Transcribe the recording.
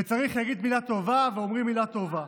וצריך להגיד מילה טובה ואומרים מילה טובה.